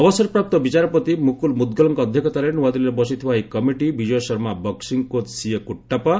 ଅବସରପ୍ରାପ୍ତ ବିଚାରପତି ମୁକୁଲ ମୁଦଗଲଙ୍କ ଅଧ୍ୟକ୍ଷତାରେ ନୂଆଦିଲ୍ଲୀରେ ବସିଥିବା ଏହି କମିଟି ବିଜୟ ଶର୍ମା ବକ୍କିଂ କୋଚ୍ ସିଏ କୁଟାପ୍